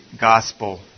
gospel